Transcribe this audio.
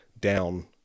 down